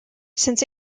since